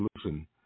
solution